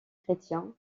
chrétien